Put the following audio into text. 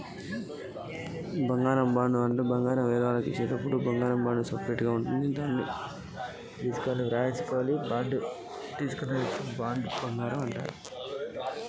బంగారు బాండు అంటే ఏంటిది?